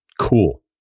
Cool